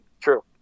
True